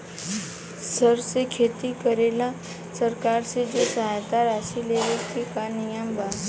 सर के खेती करेला सरकार से जो सहायता राशि लेवे के का नियम बा?